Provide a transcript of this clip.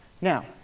Now